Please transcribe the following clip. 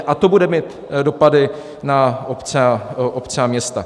A to bude mít dopady na obce a města.